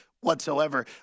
whatsoever